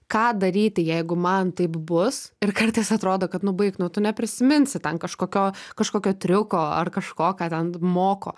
ką daryti jeigu man taip bus ir kartais atrodo kad nu baik nu tu neprisiminsi ten kažkokio kažkokio triuko ar kažko ką ten moko